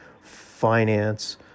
finance